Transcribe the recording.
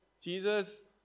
Jesus